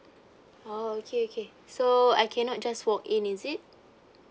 oh okay okay so I cannot just walk in is it